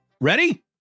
Ready